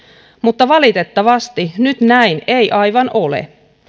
mutta valitettavasti nyt näin ei aivan ole